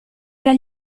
per